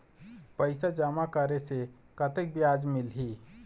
पैसा जमा करे से कतेक ब्याज मिलही?